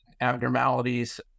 abnormalities